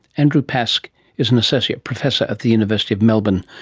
andrew pask is an associate professor at the university of melbourne,